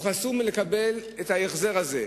הוא חסום מלקבל את ההחזר הזה.